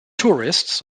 tourists